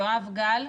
יואב גל,